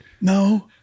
no